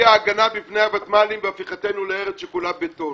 היא ההגנה מפני הותמ"לים והפיכתנו לארץ שכולה בטון.